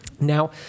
Now